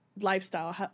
lifestyle